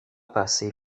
passer